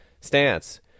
stance